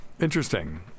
interesting